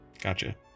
Gotcha